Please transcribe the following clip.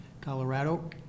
Colorado